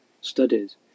Studies